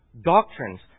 doctrines